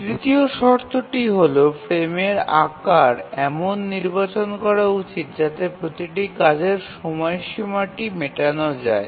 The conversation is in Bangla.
তৃতীয় শর্তটি হল ফ্রেমের আকার এমন নির্বাচন করা উচিত যাতে প্রতিটি কাজের সময়সীমাটি মেটানো যায়